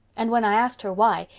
and when i asked her why,